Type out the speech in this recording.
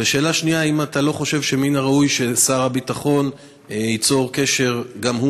ושאלה שנייה: האם אתה לא חושב שמן הראוי ששר הביטחון ייצור קשר גם הוא,